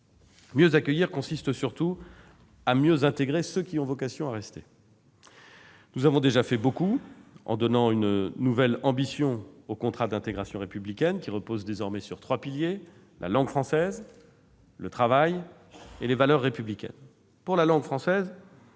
Mieux accueillir consiste surtout à mieux intégrer ceux qui ont vocation à rester. Nous avons déjà fait beaucoup, en donnant une nouvelle ambition au contrat d'intégration républicaine, qui repose désormais sur trois piliers : la langue française, le travail et les valeurs républicaines.